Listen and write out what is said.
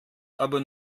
aber